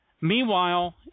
Meanwhile